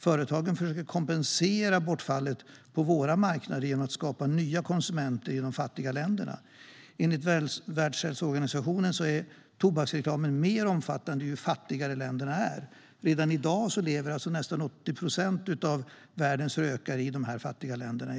Företagen försöker kompensera bortfallet på våra marknader genom att skapa nya konsumenter i de fattiga länderna. Enligt Världshälsoorganisationen är tobaksreklamen mer omfattande ju fattigare länderna är. Redan i dag lever nästan 80 procent av alla världens rökare i världens fattiga länder.